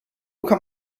kann